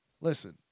Listen